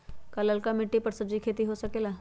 का लालका मिट्टी कर सब्जी के भी खेती हो सकेला?